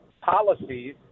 policies